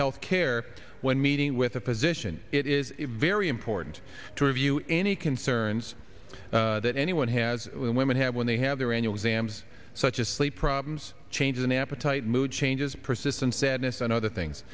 health care when meeting with a position it is very important to review any concerns that anyone has women have when they have their annual exams such as sleep problems changes in appetite mood changes persistent sadness and other things